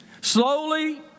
Slowly